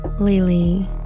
Lily